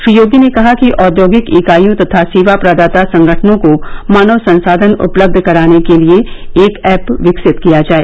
श्री योगी ने कहा कि औद्योगिक इकाइयों तथा सेवा प्रदाता संगठनों को मानव संसाधन उपलब्ध कराने के लिए एक ऐप विकसित किया जाए